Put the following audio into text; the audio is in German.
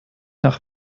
nach